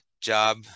job